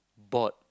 port